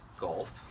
golf